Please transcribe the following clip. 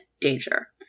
danger